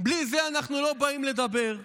בלי זה אנחנו לא באים לדבר.